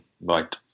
right